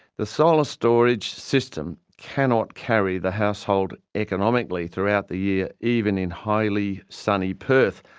the solar storage system cannot carry the household economically throughout the year, even in highly sunny perth,